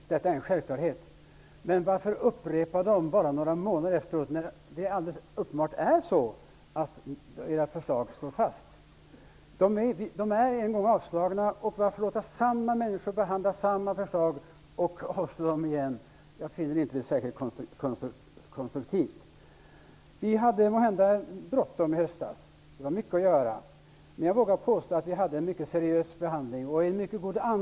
Detta är en självklarhet. Men varför upprepa dem bara några månader efteråt, när det alldeles uppenbart är så att era förslag står fast? De är en gång avslagna. Varför låta samma människor behandla samma förslag och avslå dem igen? Jag finner inte det särskilt konstruktivt. Vi hade måhända bråttom i höstas. Det var mycket att göra. Men jag vågar påstå att utskottet hade en mycket seriös behandling av frågorna.